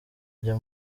ajya